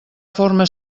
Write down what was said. forma